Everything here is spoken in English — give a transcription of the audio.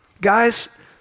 Guys